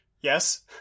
yes